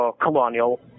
colonial